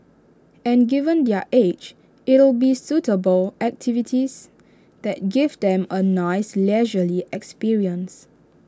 and given their age it'll be suitable activities that give them A nice leisurely experience